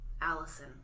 Allison